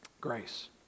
Grace